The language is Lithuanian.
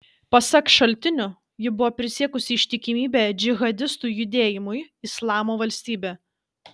pasak šaltinių ji buvo prisiekusi ištikimybę džihadistų judėjimui islamo valstybė